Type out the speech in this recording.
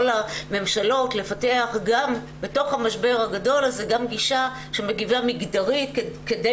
הממשלות לפתח בתוך המשבר הגדול הזה גם גישה שמגיבה מגדרית כדי